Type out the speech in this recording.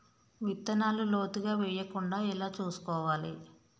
విత్తనాలు లోతుగా వెయ్యకుండా ఎలా చూసుకోవాలి?